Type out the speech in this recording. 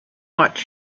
watch